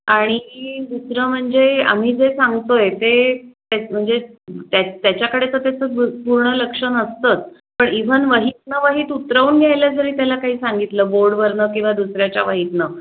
आणि दुसरं म्हणजे आम्ही जे सांगतो आहे ते म्हणजे त्या त्याच्याकडे तर त्याचं पूर्ण लक्ष नसतंच पण इव्हन वहीतनं वहीत उतरवून घ्यायला जरी त्याला काही सांगितलं बोर्डवरनं किंवा दुसऱ्याच्या वहीतनं